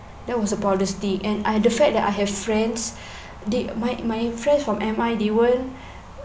that was the proudest thing and I the fact that I have friends they my my friends from M_I they weren't